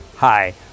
Hi